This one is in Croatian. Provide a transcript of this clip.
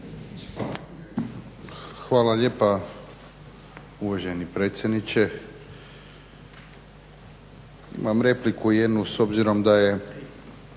Hvala lijepa uvaženi predsjedniče. Imam repliku jednu s obzirom da je